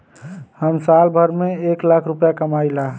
हम साल भर में एक लाख रूपया कमाई ला